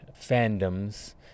fandoms